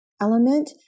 element